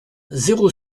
zéro